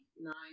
Nine